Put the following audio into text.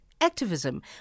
activism